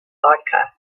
vodka